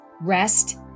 rest